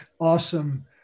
awesome